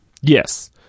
Yes